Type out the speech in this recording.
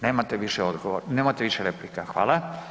Nemate više odgovor, nemate više replika, hvala.